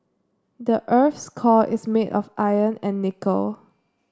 the earth's core is made of iron and nickel